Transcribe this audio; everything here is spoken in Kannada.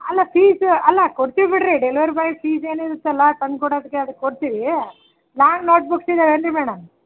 ಅಲ್ಲ ಫೀಸು ಅಲ್ಲ ಕೊಡ್ತೀವಿ ಬಿಡಿರಿ ಡೆಲ್ವರಿ ಬಾಯ್ ಫೀಸ್ ಏನು ಇರುತ್ತಲ್ಲ ತಂದು ಕೊಡೋದ್ಕೆ ಅದು ಕೊಡ್ತೀವಿ ಲಾಂಗ್ ನೋಟ್ಬುಕ್ಸ್ ಇದಾವೇನು ರೀ ಮೇಡಮ್